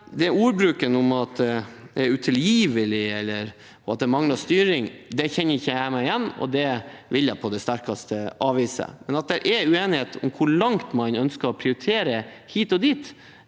Ordbruken om at det er utilgivelig og at det mangler styring kjenner jeg meg ikke igjen i, og det vil jeg på det sterkeste avvise. At det er uenighet om hvor langt man ønsker å prioritere hit og dit,